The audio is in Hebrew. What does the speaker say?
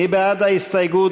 מי בעד ההסתייגות?